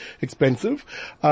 expensive